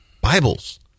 Bibles